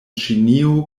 ĉinio